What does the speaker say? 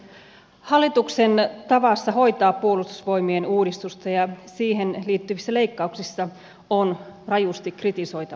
hallituksen tavassa hoitaa puolustusvoimien uudistusta ja uudistukseen liittyvissä leikkauksissa on rajusti kritisoitavaa